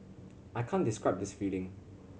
I can't describe this feeling